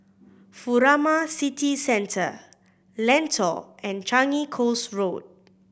Furama City Centre Lentor and Changi Coast Road